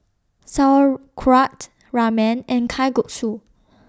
Sauerkraut Ramen and Kalguksu